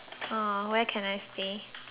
can I stay